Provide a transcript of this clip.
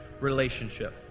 relationship